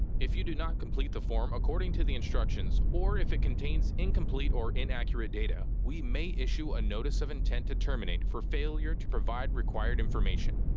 if you do not complete the form according to the instructions, or if it contains incomplete or inaccurate data, we may issue a notice of intent to terminate for failure to provide required information.